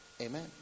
Amen